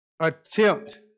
Attempt